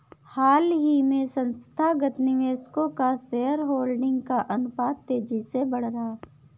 हाल ही में संस्थागत निवेशकों का शेयरहोल्डिंग का अनुपात तेज़ी से बढ़ रहा है